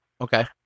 Okay